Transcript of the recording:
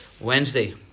Wednesday